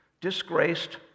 disgraced